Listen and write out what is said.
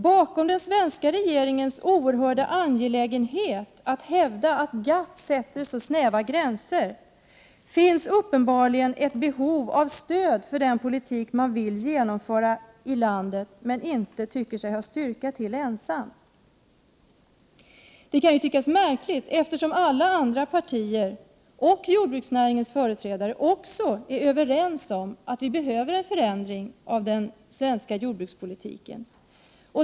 Bakom det faktum att den svenska regeringen är oerhört angelägen att hävda att GATT sätter snäva gränser, finns uppenbarligen ett behov av stöd för den politik som man vill genomföra i landet, men som man inte tycker sig ha styrka till ensam. Det kan tyckas märkligt, eftersom alla andra partier och även jordbruksnäringens företrädare är överens om att vi behöver en förändring av den svenska jordbrukspolitiken.